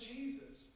Jesus